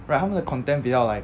right 他们的 content 比较 like